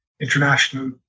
International